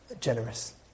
generous